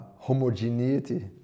homogeneity